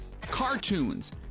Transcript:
cartoons